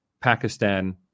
Pakistan